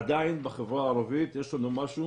עדיין בחברה הערבית יש לנו משהו